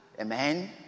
Amen